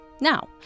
Now